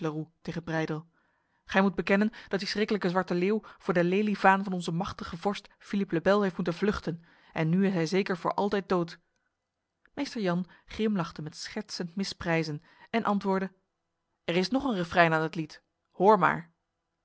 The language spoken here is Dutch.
gij moet bekennen dat die schriklijke zwarte leeuw voor de lelievaan van onze machtige vorst philippe le bel heeft moeten vluchten en nu is hij zeker voor altijd dood meester jan grimlachte met schertsend misprijzen en antwoordde er is nog een refrein aan het lied hoor maar